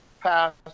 passed